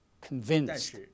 convinced